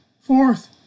Fourth